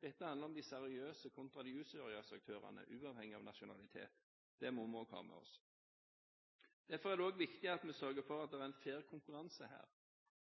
Dette handler om de seriøse kontra de useriøse aktørene, uavhengig av nasjonalitet. Det må vi også ha med oss. Derfor er det også viktig at vi sørger for at det er en fair konkurranse her,